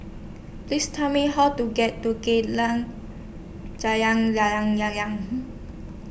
Please Tell Me How to get to Jalan Layang Layang